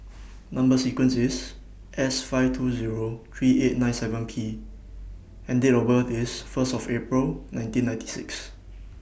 Number sequence IS S five two Zero three eight nine seven P and Date of birth IS First of April nineteen ninety six